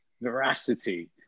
veracity